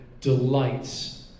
delights